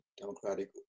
Democratic